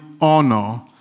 honor